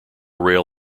rail